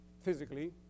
physically